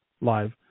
live